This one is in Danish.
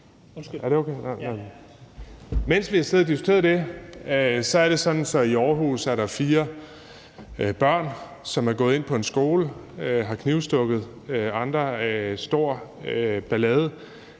Mens vi har siddet og diskuteret det, er det sådan, at der i Aarhus er fire børn, som er gået ind på en skole og har stukket andre med kniv – stor ballade